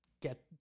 get